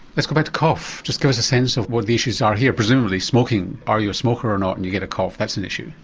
let's go back to cough. just give us a sense of what the issues are here. presumably smoking are you a smoker or not and you get a cough, that's an issue.